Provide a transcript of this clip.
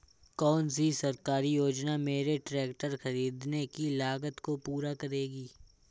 कौन सी सरकारी योजना मेरे ट्रैक्टर ख़रीदने की लागत को पूरा करेगी?